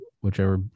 whichever